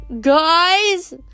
Guys